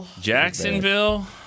Jacksonville